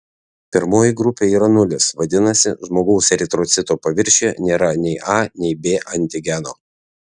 pirmoji grupė yra nulis vadinasi žmogaus eritrocito paviršiuje nėra nei a nei b antigeno